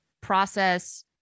process